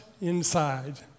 inside